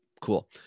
Cool